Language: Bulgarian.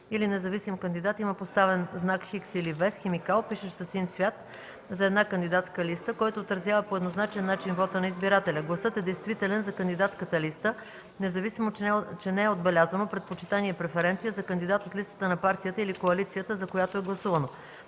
или независим кандидат има поставен знак „Х” или „V” с химикал, пишещ със син цвят, за една кандидатска листа, който изразява по еднозначен начин вота на избирателя; гласът е действителен за кандидатската листа, независимо че не е отбелязано предпочитание (преференция) за кандидат от листата на партията или коалицията, за която е гласувано;